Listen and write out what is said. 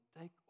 take